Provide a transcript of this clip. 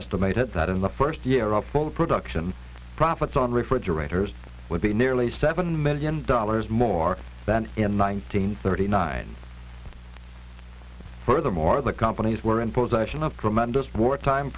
estimated that in the first year of full production profits on refrigerators would be nearly seven million dollars more than in nineteen thirty nine furthermore the companies were in possession of tremendous wartime